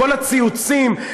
בכל הציוצים,